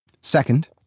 Second